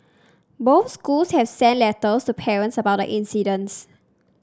both schools have sent letters parents about the incidents